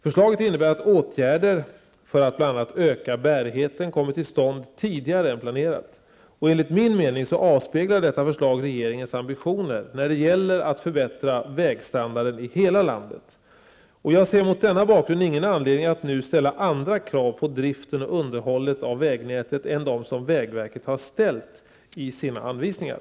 Förslaget innebär att åtgärder för att bl.a. öka bärigheten kommer till stånd tidigare än planerat. Enligt min mening avspeglar detta förslag regeringens ambitioner när det gäller att förbättra vägstandarden i hela landet. Jag ser mot denna bakgrund ingen anledning att nu ställa andra krav på driften och underhållet av vägnätet än dem som vägverket har ställt i sina anvisningar.